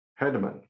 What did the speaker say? Hedman